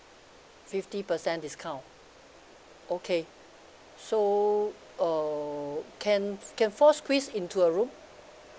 fifty percent discount okay so uh can can four squeeze into a room